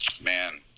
man